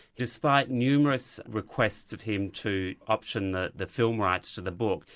despite numerous requests of him to option the the film rights to the book,